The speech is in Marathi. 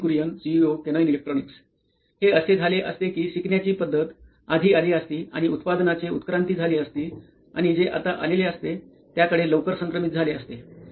Nitin Kurian COO Canine Electronics हे असे झाले असते की शिकण्याची पद्धत आधी आली असती आणि उत्पादनाचे उत्क्रांती झाली असती आणि जे आत्ता आलेले असते त्याकडे लवकर संक्रमित झाले असते